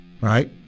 Right